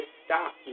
stop